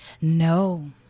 No